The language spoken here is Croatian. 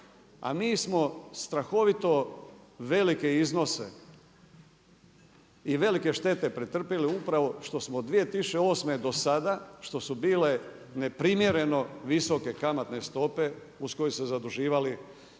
a mi smo strahovito velike iznose i velike štete pretrpili upravo što 2008. do sada, što su bile neprimjereno visoke kamatne stope uz koju su se zaduživali